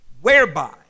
Whereby